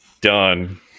Done